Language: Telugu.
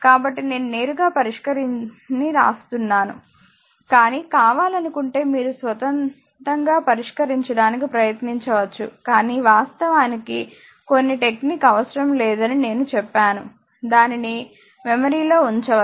కాబట్టి నేను నేరుగా పరిష్కారాన్ని వ్రాస్తున్నాను కానీ కావాలనుకుంటే మీరు స్వంతంగా పరిష్కరించడానికి ప్రయత్నించవచ్చు కానీ వాస్తవానికి కొన్ని టెక్నిక్ అవసరం లేదని నేను చెప్పాను దానిని మెమరీలో ఉంచవచ్చు